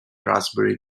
raspberry